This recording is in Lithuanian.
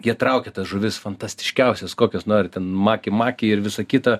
jie traukia tas žuvis fantastiškiausias kokias nori ten maki maki ir visa kita